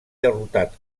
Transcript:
derrotat